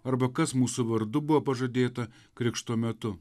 arba kas mūsų vardu buvo pažadėta krikšto metu